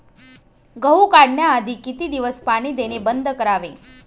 गहू काढण्याआधी किती दिवस पाणी देणे बंद करावे?